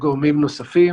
וגורמים נוספים,